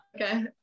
Okay